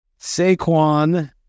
Saquon